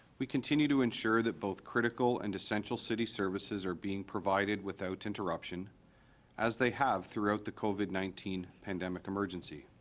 we continue to ensure that both critical and essential city services are being provided without interruption as they have throughout the covid nineteen pandemic emergency